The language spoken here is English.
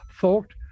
thought